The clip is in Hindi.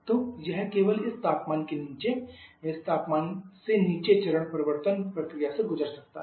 तो यह केवल इस तापमान के नीचे या इस तापमान से नीचे चरण परिवर्तन प्रक्रिया से गुजर सकता है